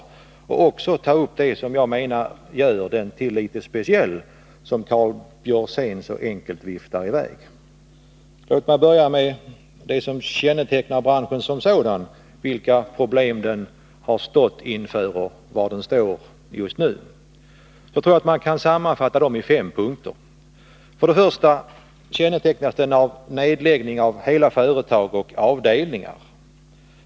Jag vill också ta upp det som gör denna bransch litet speciell, vilket Karl Björzén så enkelt viftade bort. Låt mig börja med det som kännetecknar branschen som sådan, vilka problem den har stått inför och står inför just nu. Man kan sammanfatta dessa problem i fem punkter. För det första kännetecknas branschen av nedläggning av hela företag och avdelningar.